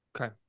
Okay